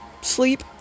sleep